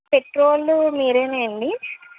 petrol మీరేనా అండి